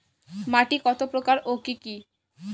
মাটি কতপ্রকার ও কি কী?